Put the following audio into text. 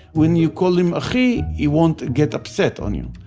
when you call him achi he won't get upset on you.